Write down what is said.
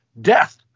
Death